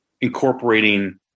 incorporating